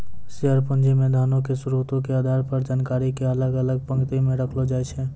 share पूंजी मे धनो के स्रोतो के आधार पर जानकारी के अलग अलग पंक्ति मे रखलो जाय छै